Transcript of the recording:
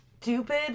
stupid